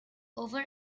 over